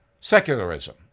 Secularism